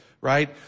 right